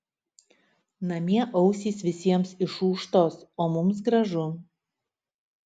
namie ausys visiems išūžtos o mums gražu